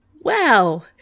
Wow